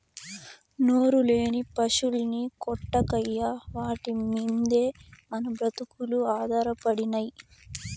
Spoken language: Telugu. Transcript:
నోరులేని పశుల్ని కొట్టకయ్యా వాటి మిందే మన బ్రతుకులు ఆధారపడినై